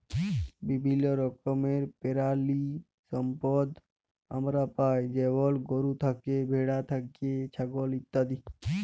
বিভিল্য রকমের পেরালিসম্পদ আমরা পাই যেমল গরু থ্যাকে, ভেড়া থ্যাকে, ছাগল ইত্যাদি